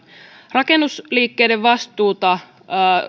rakennusliikkeiden vastuuta